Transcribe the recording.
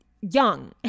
young